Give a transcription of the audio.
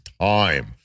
time